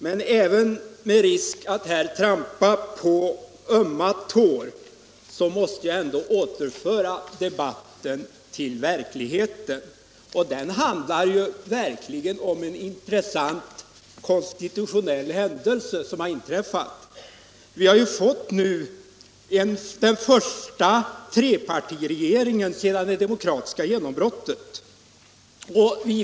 Men även med risk för att trampa på ömma tår måste jag återföra debatten till verkligheten, och den handlar om en intressant konstitutioneil händelse som inträffat. Vi har nu fått den första trepartiregeringen sedan det demokratiska genombrottet.